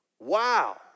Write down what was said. Wow